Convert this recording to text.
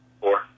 Four